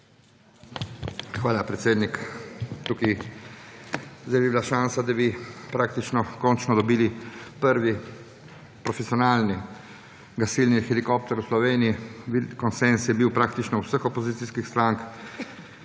Hvala, predsednik. Sedaj bi bila šansa, da bi praktično končno dobili prvi profesionalni gasilni helikopter v Sloveniji. Konsenz je bil praktično vseh opozicijskih strank,